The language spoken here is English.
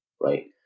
right